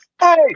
Hey